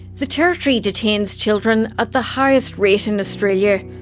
the territory detains children at the highest rate in australia.